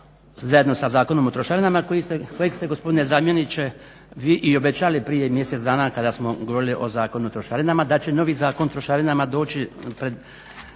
zajedno sa Zakonom o trošarinama kojeg ste gospodine zamjeniče vi i obećali prije mjesec dana kada smo govorili o Zakonu o trošarinama da će novi Zakon o trošarinama doći pred